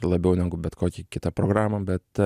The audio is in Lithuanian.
labiau negu bet kokį kitą programą bet